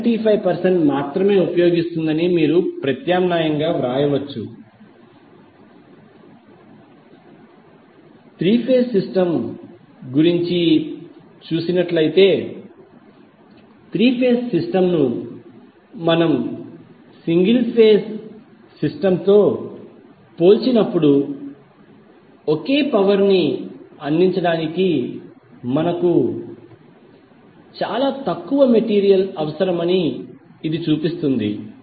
75 percent మాత్రమే ఉపయోగిస్తుందని మీరు ప్రత్యామ్నాయంగా వ్రాయవచ్చు త్రీ ఫేజ్ సిస్టమ్ గురించి చూసినట్లయితే త్రీ ఫేజ్ సిస్టమ్ ను మనం సింగిల్ ఫేజ్ సిస్టమ్తో పోల్చినప్పుడు ఒకే పవర్ ని అందించడానికి మనకు చాలా తక్కువ మెటీరీయల్ అవసరమని ఇది చూపిస్తుంది